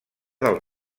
del